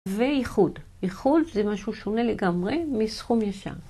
ואיחוד. איחוד זה משהו שונה לגמרי מסכום ישר.